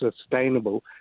sustainable